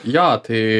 jo tai